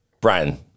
Brian